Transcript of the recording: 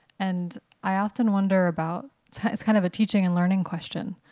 and i often wonder about it's kind of a teaching and learning question.